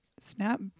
snap